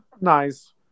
nice